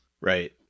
Right